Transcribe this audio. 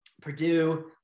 Purdue